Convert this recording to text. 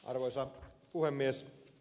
arvoisa puhemies